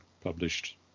published